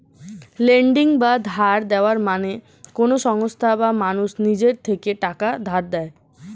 lending বা ধার দেওয়া মানে কোন সংস্থা বা মানুষ নিজের থেকে টাকা ধার দেয়